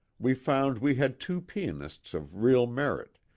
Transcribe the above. we found we had two pianists of real merit,